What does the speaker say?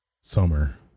summer